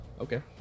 Okay